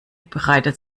bereitet